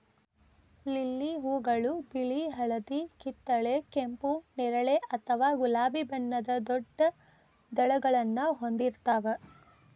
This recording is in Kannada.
ಲಿಲ್ಲಿ ಹೂಗಳು ಬಿಳಿ, ಹಳದಿ, ಕಿತ್ತಳೆ, ಕೆಂಪು, ನೇರಳೆ ಅಥವಾ ಗುಲಾಬಿ ಬಣ್ಣದ ದೊಡ್ಡ ದಳಗಳನ್ನ ಹೊಂದಿರ್ತಾವ